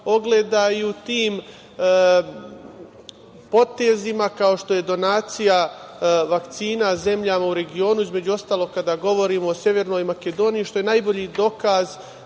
ogleda i u tim potezima kao što je donacija vakcina zemljama u regionu, između ostalog, kada govorimo o Severnoj Makedoniji, što je najbolji dokaz